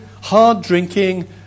hard-drinking